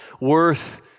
worth